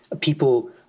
people